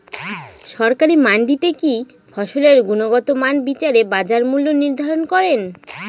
সরকারি মান্ডিতে কি ফসলের গুনগতমান বিচারে বাজার মূল্য নির্ধারণ করেন?